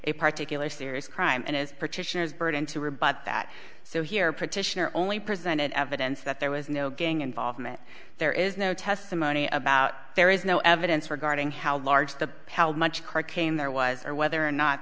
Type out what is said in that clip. a particularly serious crime and is partition is burden to rebut that so here petitioner only presented evidence that there was no gang involvement there is no testimony about there is no evidence regarding how large the how much car came there was or whether or not